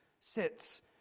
sits